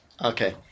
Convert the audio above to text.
Okay